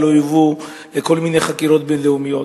לא יובאו לכל מיני חקירות בין-לאומיות.